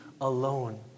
alone